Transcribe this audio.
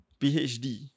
PhD